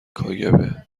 کاگب